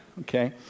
okay